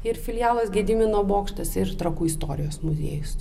ir filialas gedimino bokštas ir trakų istorijos muziejus